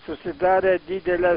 susidarė didelė